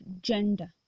gender